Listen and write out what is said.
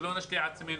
שלא נשלה את עצמנו.